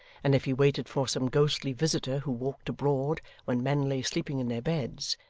and if he waited for some ghostly visitor who walked abroad when men lay sleeping in their beds,